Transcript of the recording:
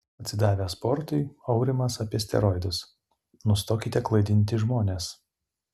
atsidavęs sportui aurimas apie steroidus nustokite klaidinti žmones